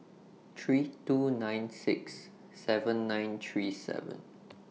three two nine six seven nine three seven